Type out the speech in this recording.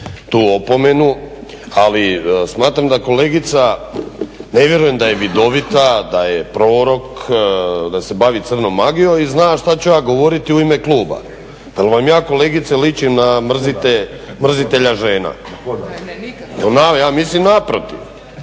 tu opomenu, ali smatram da kolegica ne vjerujem da je vidovita, da je prorok, da se bavi crnom magijom i zna što ću ja govoriti u ime kluba. Jel' vam ja kolegice ličim na mrzitelja žena? Ja mislim naprotiv!